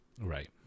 Right